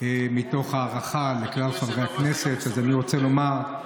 מתוך הערכה לכלל חברי הכנסת, אני רוצה לומר,